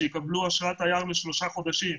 שיקבלו אשרת תייר לשלושה חודשים.